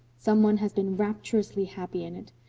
some one has been rapturously happy in it.